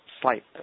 slight